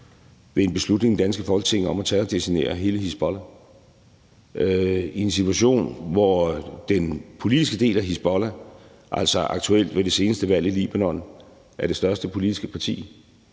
ved en beslutning i det danske Folketing om at terrordesignere hele Hizbollah i en situation, hvor den politiske del af Hizbollah, altså aktuelt ved det seneste valg i Libanon, er det største politiske parti,